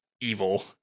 evil